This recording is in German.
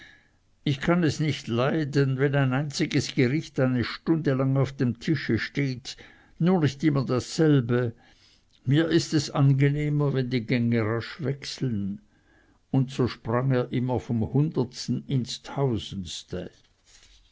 ich kann es nicht leiden wenn ein einziges gericht eine stunde lang auf dem tische steht nur nicht immer dasselbe mir ist es angenehmer wenn die gänge rasch wechseln und so sprang er immer vom hundertsten ins tausendste